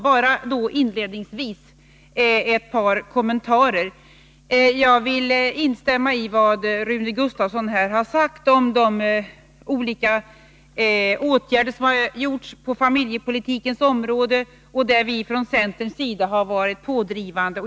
Bara inledningsvis ett par kommentarer: Jag vill instämma i vad Rune Gustavsson här har sagt om de olika åtgärder som har vidtagits på familjepolitikens område och i fråga om vilka vi från centerns sida har varit pådrivande.